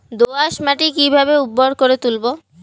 দোয়াস মাটি কিভাবে উর্বর করে তুলবো?